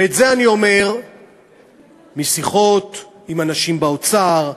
את זה אני אומר משיחות עם אנשים באוצר,